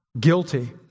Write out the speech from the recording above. guilty